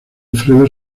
alfredo